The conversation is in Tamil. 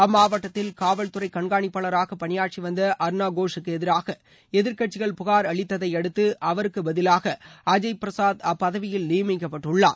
அம்மாவட்டத்தில் காவல்துறைக் கண்காணிப்பாளராக பணியாற்றி வந்த அருணாகோஷுக்கு எதிராக எதிர்க்கட்சிகள் புகார் அளித்ததையடுத்து அவருக்கு பதிலாக அஜோய் பிரசாத் அப்பதவியில் நியமிக்கப்பட்டுள்ளார்